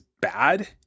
bad